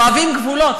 אוהבים גבולות.